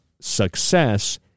success